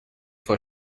for